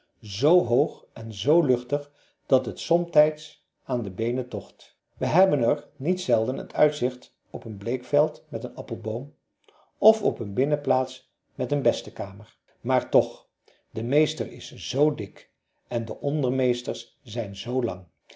zoo hoog en zoo luchtig dat het er somtijds aan de beenen tocht wij hebben er niet zelden het uitzicht op een bleekveld met een appelboom of op een binnenplaats met een bestekamer maar toch de meester is zoo dik en de ondermeesters zijn zoo lang